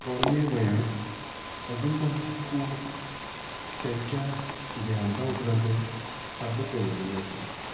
पोरने गोंयांत अजून तांची कूड तेंच्या देहांता उपरांतय साबूत दवरलेली आसा